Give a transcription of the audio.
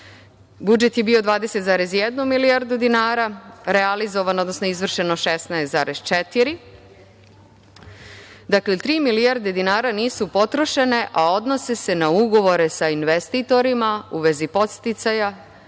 Budžet je bio 20,1 milijardu dinara, realizovano, odnosno izvršeno 16,4. Dakle, tri milijarde dinara nisu potrošene, a odnose se na ugovore sa investitorima u vezi podsticaja